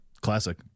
classic